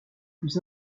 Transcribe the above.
plus